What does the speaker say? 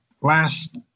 last